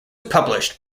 published